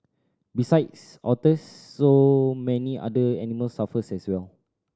besides otters so many other animals suffer as well